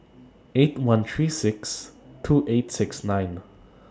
eight one three six two eight six nine